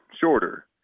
shorter